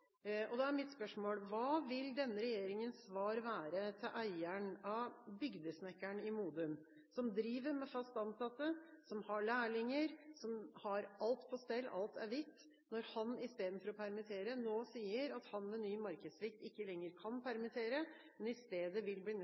Da er mitt spørsmål: Hva vil denne regjeringas svar være til eieren av Bygdesnekker’n i Modum, som driver med fast ansatte, som har lærlinger, som har alt på stell – alt er hvitt – når han i stedet for å permittere nå sier at han med ny markedssvikt ikke lenger kan permittere, men i stedet vil bli